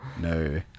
no